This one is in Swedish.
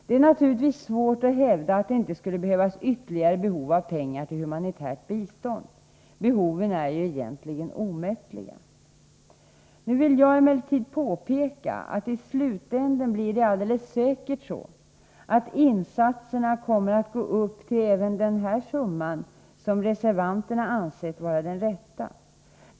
Det är naturligtvis svårt att hävda att det inte skulle finnas ytterligare behov av pengar till humanitärt bistånd — behoven är ju egentligen omättliga. Nu vill jag emellertid påpeka att insatserna i slutänden alldeles säkert kommer att uppgå till den summa som reservanterna ansett vara den rätta.